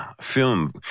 film